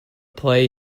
play